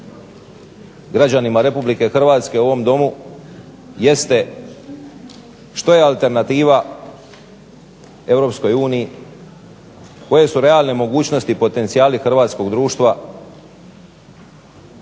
građanima RH u ovom Domu jeste što je alternativa EU, koje su realne mogućnosti i potencijali hrvatskog društva?